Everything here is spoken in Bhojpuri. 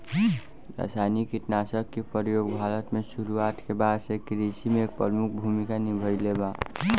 रासायनिक कीटनाशक के प्रयोग भारत में शुरुआत के बाद से कृषि में एक प्रमुख भूमिका निभाइले बा